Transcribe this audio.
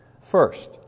First